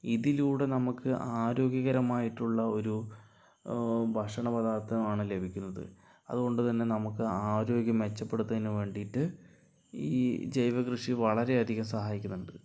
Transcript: ഇതിലൂടെ നമുക്ക് ആരോഗ്യകരമായിട്ടുളള ഒരു ഭക്ഷണ പദാർത്ഥമാണ് ലഭിക്കുന്നത് അതുകൊണ്ടുതന്നെ നമുക്ക് ആരോഗ്യം മെച്ചപ്പെടുത്തുന്നതിന് വേണ്ടിയിട്ട് ഈ ജൈവ കൃഷി വളരെയധികം സഹായിക്കുന്നൊണ്ട്